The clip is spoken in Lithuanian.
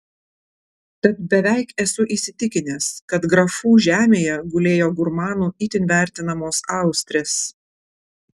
tad beveik esu įsitikinęs kad grafų žemėje gulėjo gurmanų itin vertinamos austrės